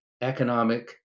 economic